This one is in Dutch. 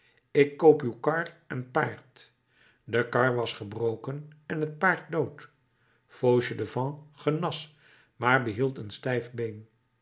ik koop uw kar en paard de kar was gebroken en het paard dood fauchelevent genas maar behield een stijf been